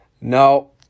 No